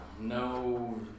no